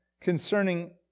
concerning